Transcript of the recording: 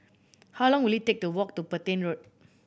how long will it take to walk to Petain Road